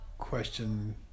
Question